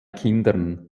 kindern